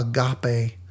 agape